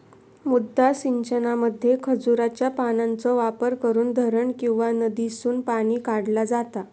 मुद्दा सिंचनामध्ये खजुराच्या पानांचो वापर करून धरण किंवा नदीसून पाणी काढला जाता